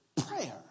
prayer